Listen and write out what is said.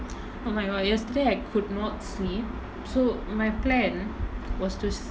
oh my god yesterday I could not sleep so my plan was to